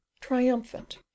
triumphant